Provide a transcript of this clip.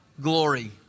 glory